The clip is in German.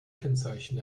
kennzeichen